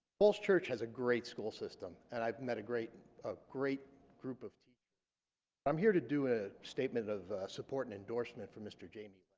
falls church has a great school system and i've met a great a great group of teens i'm here to do a statement of support and endorsement for mr. jamie